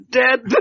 dead